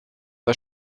der